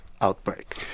outbreak